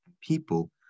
people